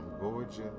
gorgeous